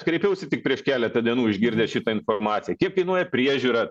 kreipiausi tik prieš keletą dienų išgirdęs šitą informaciją kiek kainuoja priežiūra